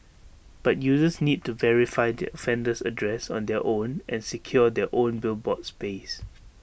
but users need to verify the offender's address on their own and secure their own billboard space